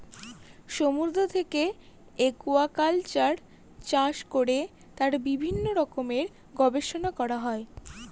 সমুদ্র থেকে একুয়াকালচার চাষ করে তার বিভিন্ন রকমের গবেষণা করা হয়